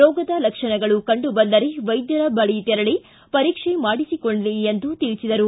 ರೋಗದ ಲಕ್ಷಣಗಳು ಕಂಡುಬಂದರೆ ವೈದ್ಯರ ಬಳಿ ತೆರಳಿ ಪರೀಕ್ಷೆ ಮಾಡಿಸಿಕೊಳ್ಳಿ ಎಂದು ತಿಳಿಸಿದರು